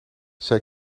zij